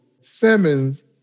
Simmons